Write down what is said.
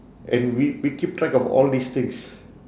and we we keep track of all these things